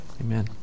Amen